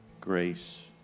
grace